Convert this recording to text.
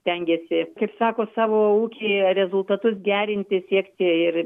stengiasi kaip sako savo ūkyje rezultatus gerinti siekti ir